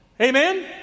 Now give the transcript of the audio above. Amen